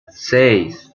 seis